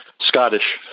Scottish